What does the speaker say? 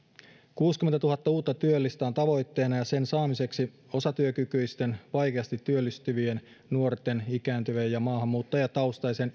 kuusikymmentätuhatta uutta työllistä on tavoitteena ja sen saamiseksi osatyökykyisten vaikeasti työllistyvien nuorten ikääntyvien ja maahanmuuttajataustaisten